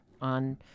on